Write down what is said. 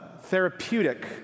Therapeutic